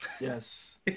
Yes